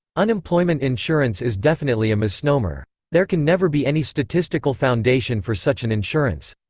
unemployment insurance is definitely a misnomer. there can never be any statistical foundation for such an insurance.